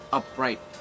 upright